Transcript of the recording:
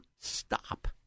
Stop